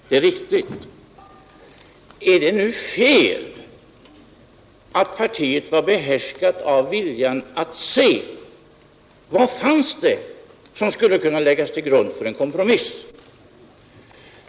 Men är det fel att partiet var behärskat av viljan att se vad det fanns för något som skulle kunna läggas till grund för en kompromiss?